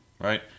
right